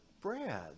Brad